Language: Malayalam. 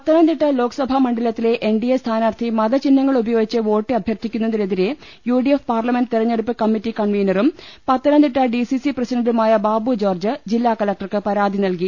പത്തനംതിട്ട ലോക്സഭാ മണ്ഡലത്തിലെ എൻഡിഎ സ്ഥാനാർത്ഥി മത ചിഹ്നങ്ങൾ ഉപയോഗിച്ച് വോട്ട് അഭ്യർത്ഥിക്കുന്നതിനെതിരെ യുഡി എഫ് പാർലമെന്റ് തിരഞ്ഞെടുപ്പ് കമ്മറ്റി കൺവീനറും പത്തനംതിട്ട ഡിസിസി പ്രസിഡന്റുമായ ബാബു ജോർജ്ജ് ജില്ലാ കലക്ടർക്ക് പരാതി നൽകി